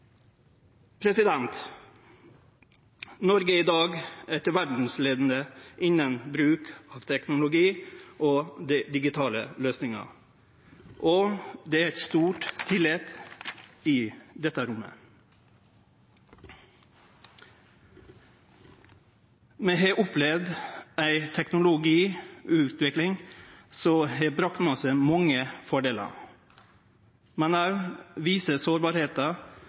i dag verdsleiande innan bruk av teknologi og digitale løysingar, og det er stor tillit i dette rommet. Vi har opplevd ei teknologiutvikling som har hatt med seg mange fordelar, men som òg viser